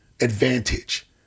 advantage